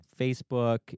Facebook